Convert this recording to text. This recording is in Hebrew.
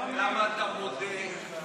למה אתה מודה?